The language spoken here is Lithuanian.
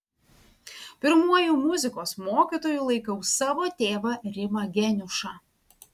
pirmuoju muzikos mokytoju laikau savo tėvą rimą geniušą